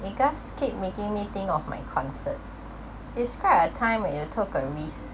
you guys keep making me think of my concert describe a time when you took a risk